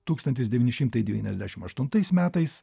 tūkstantis devyni šimtai devyniasdešimt aštuntais metais